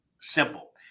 simple